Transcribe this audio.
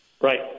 Right